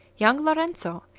young lorenzo,